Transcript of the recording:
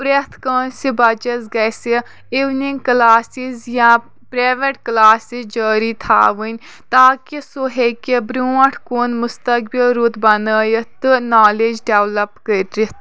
پرٮ۪تھ کٲنٛسِہ بَچَس گَژھِ اِونِنٛگ کَلاسِز یا پرٛیویٹ کَلاسِز جٲری تھَاوٕنۍ تاکہِ سُہ ہیٚکہِ بروںٛتھ کُن مُستقبِل رُت بَنٲیِتھ تہٕ نالیج ڈیٚولَپ کٔرِتھ